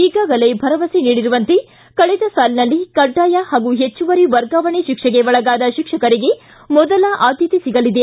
ಈಗಾಗಲೇ ಭರವಸೆ ನೀಡಿರುವಂತೆ ಕಳೆದ ಸಾಲಿನಲ್ಲಿ ಕಡ್ಡಾಯ ಹಾಗೂ ಹೆಚ್ಚುವರಿ ವರ್ಗಾವಣೆ ಶಿಕ್ಷೆಗೆ ಒಳಗಾದ ಶಿಕ್ಷಕರಿಗೆ ಮೊದಲ ಆದ್ಯತೆ ಸಿಗಲಿದೆ